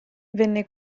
venne